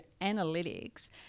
analytics